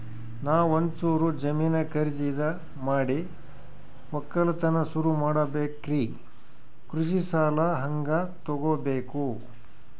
ನಾ ಒಂಚೂರು ಜಮೀನ ಖರೀದಿದ ಮಾಡಿ ಒಕ್ಕಲತನ ಸುರು ಮಾಡ ಬೇಕ್ರಿ, ಕೃಷಿ ಸಾಲ ಹಂಗ ತೊಗೊಬೇಕು?